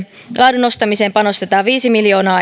laadun nostamiseen panostetaan viisi miljoonaa